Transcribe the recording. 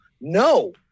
No